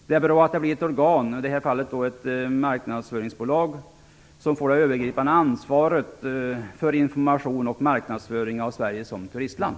Det är bra att det blir ett organ - i detta fall ett marknadsföringsbolag - som får det övergripande ansvaret för information och marknadsföring av Sverige som turistland.